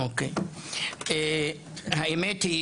האמת היא